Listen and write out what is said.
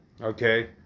Okay